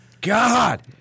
God